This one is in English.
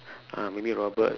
uh maybe robot